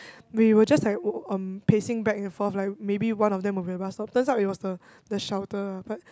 we were just like um pacing back and forth like maybe one of them will be the bus stop turns out it was the the shelter ah but